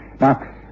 Now